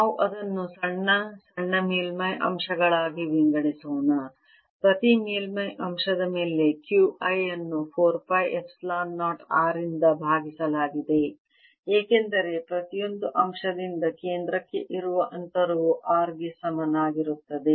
ನಾವು ಅದನ್ನು ಸಣ್ಣ ಸಣ್ಣ ಮೇಲ್ಮೈ ಅಂಶಗಳಾಗಿ ವಿಂಗಡಿಸೋಣ ಪ್ರತಿ ಮೇಲ್ಮೈ ಅಂಶದ ಮೇಲೆ Q I ಅನ್ನು 4 ಪೈ ಎಪ್ಸಿಲಾನ್ 0 r ನಿಂದ ಭಾಗಿಸಲಾಗಿದೆ ಏಕೆಂದರೆ ಪ್ರತಿಯೊಂದು ಅಂಶದಿಂದ ಕೇಂದ್ರಕ್ಕೆ ಇರುವ ಅಂತರವು r ಗೆ ಸಮನಾಗಿರುತ್ತದೆ